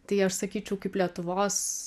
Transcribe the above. tai aš sakyčiau kaip lietuvos